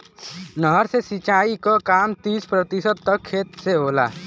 नहर से सिंचाई क काम तीस प्रतिशत तक खेत से होला